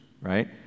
right